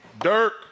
Dirk